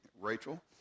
Rachel